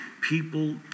people